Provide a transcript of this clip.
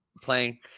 playing